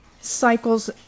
cycles